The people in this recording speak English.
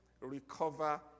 recover